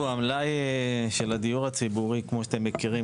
המלאי של הדיור הציבורי כמו שאתם מכירים